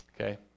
Okay